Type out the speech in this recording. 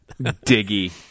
Diggy